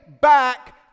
back